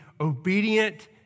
obedient